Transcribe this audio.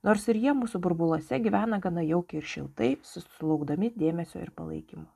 nors ir jie mūsų burbuluose gyvena gana jaukiai ir šiltai susilaukdami dėmesio ir palaikymo